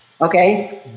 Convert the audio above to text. Okay